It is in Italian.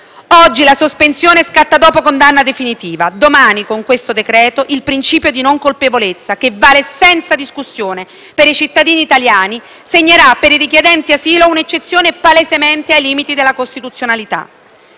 Oggi la sospensione scatta dopo condanna definitiva, domani, con questo decreto-legge, il principio di non colpevolezza, che vale senza discussione per i cittadini italiani, segnerà per i richiedenti asilo un'eccezione palesemente ai limiti della costituzionalità.